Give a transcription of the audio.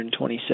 127